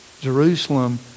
Jerusalem